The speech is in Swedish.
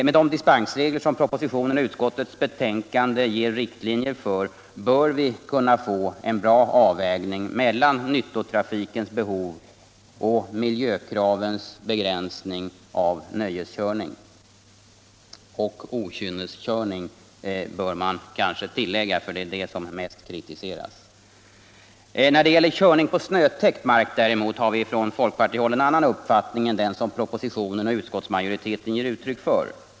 Med de dispensregler som propositionen och utskottets betänkande ger riktlinjer för bör vi kunna få en bra avvägning mellan nyttotrafikens behov och miljökraven på begränsning av nöjeskörning — och okynneskörning, bör man kanske tillägga, för det är den som mest kritiseras. När det gäller körning på snötäckt mark däremot har vi från folkpartihåll en annan uppfattning än den som proposition och utskottsmajoritet ger uttryck för.